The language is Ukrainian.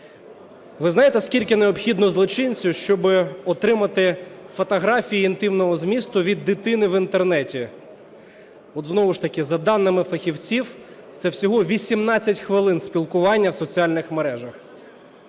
Ви знаєте, скільки необхідно злочинцю, щоб отримати фотографії інтимного змісту від дитини в Інтернеті? От знову ж таки, за даними фахівців, це всього 18 хвилин спілкування в соціальних мережах.